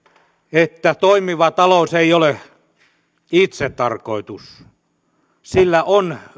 että toimiva talous ei ole itsetarkoitus sillä on